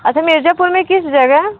अच्छा मिर्जापुर में किस जगह